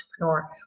entrepreneur